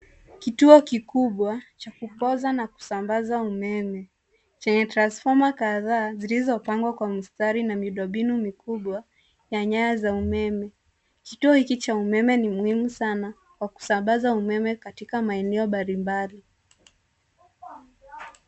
Kituo kikubwa cha kupoza na kusambaza umeme chenye transfoma kadhaa zilizopangwa kwa mistari na miundo mbinu mikubwa na nyaya za umeme. Kituo hiki cha umeme ni muhimu sana kwa kusambaza umeme katika maeneo mbalimbali.